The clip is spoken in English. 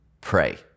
Pray